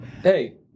Hey